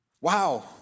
Wow